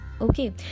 okay